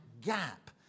gap